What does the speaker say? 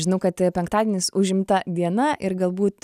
žinau kad penktadienis užimta diena ir galbūt